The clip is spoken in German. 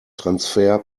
transfer